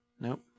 Nope